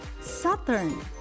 Saturn